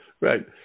Right